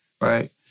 right